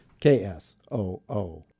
KSOO